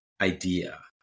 idea